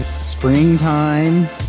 Springtime